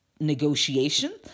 negotiation